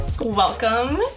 Welcome